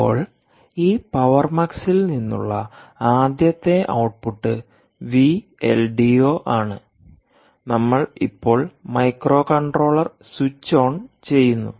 ഇപ്പോൾ ഈ പവർ മക്സിൽ നിന്നുള്ള ആദ്യത്തെ output V L D O ആണ് നമ്മൾ ഇപ്പോൾ മൈക്രോകൺട്രോളർ സ്വിച്ച് ഓൺ ചെയ്യുന്നു